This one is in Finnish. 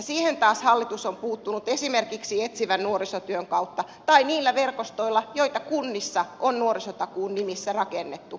siihen taas hallitus on puuttunut esimerkiksi etsivän nuorisotyön kautta tai niillä verkostoilla joita kunnissa on nuorisotakuun nimissä rakennettu